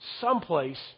someplace